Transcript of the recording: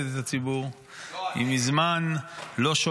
היא מזמן לא משרתת את הציבור.